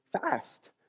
fast